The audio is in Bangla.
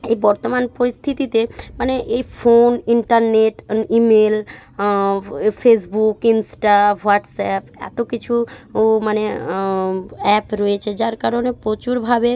এই বর্তমান পরিস্থিতিতে মানে এই phone internet email Facebook Insta WhatsApp এত কিছু ও মানে অ্যাপ রয়েছে যার কারণে প্রচুরভাবে